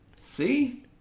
See